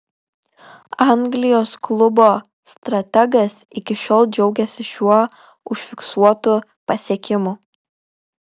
anglijos klubo strategas iki šiol džiaugiasi šiuo užfiksuotu pasiekimu